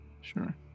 Sure